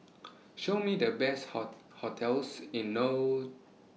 Show Me The Best hotels in No